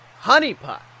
Honeypot